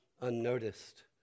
unnoticed